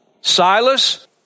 Silas